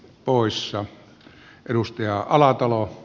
poissa edustaja alkupäästä